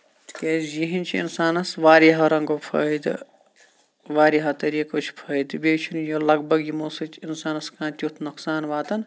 تِکیازِ یِہندۍ چھِ اِنسانَس واریاہو رنگو فٲیدٕ واریاہو طریٖقو چھُ فٲیدٕ بیٚیہِ چھُنہٕ یہِ لگ بگ یِمو سۭتۍ اِنسانَس کانہہ تیُتھ نۄقصان واتان